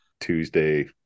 Tuesday